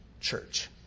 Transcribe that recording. church